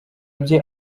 bye